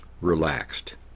relaxed